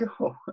go